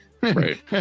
right